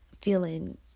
feeling